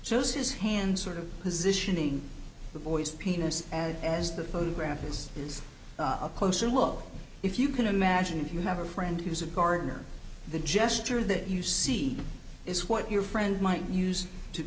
shows his hands sort of positioning the boy's penis as as the photograph is is a closer look if you can imagine if you have a friend who's a gardener the gesture that you see is what your friend might use to